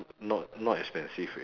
not not expensive already